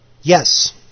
yes